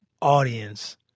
audience